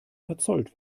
verzollt